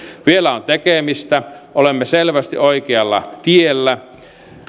vielä on tekemistä olemme selvästi oikealla tiellä